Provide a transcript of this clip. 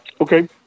Okay